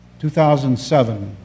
2007